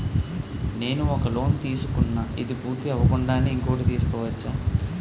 నేను ఒక లోన్ తీసుకున్న, ఇది పూర్తి అవ్వకుండానే ఇంకోటి తీసుకోవచ్చా?